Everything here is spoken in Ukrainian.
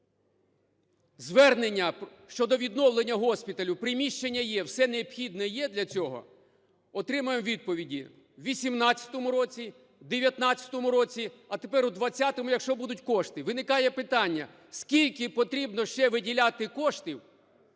Звернення щодо відновлення госпіталю, приміщення є, все необхідне є для цього, отримав відповіді: в 18-му році, в 19-му році, а тепер у 20-му, якщо будуть кошти. Виникає питання, скільки потрібно ще виділяти коштів